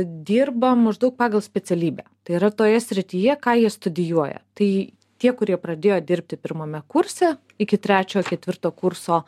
dirba maždaug pagal specialybę tai yra toje srityje ką jie studijuoja tai tie kurie pradėjo dirbti pirmame kurse iki trečio ketvirto kurso